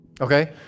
Okay